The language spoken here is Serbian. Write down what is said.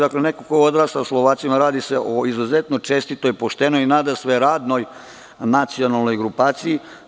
Dakle, kao neko ko je odrastao sa Slovacima, radi se o izuzetno čestitoj, poštenoj i nadasve radnoj nacionalnoj grupaciji.